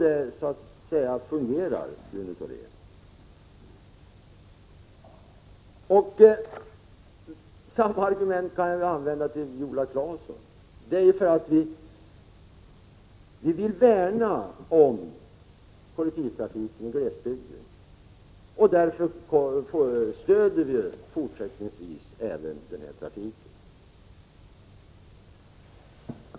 Det är ju så det fungerar, Rune Thorén. Samma argument kan jag anföra mot Viola Claesson. Vi vill värna om kollektivtrafiken i glesbygden, och därför stöder vi även fortsättningsvis denna trafik.